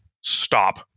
stop